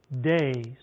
days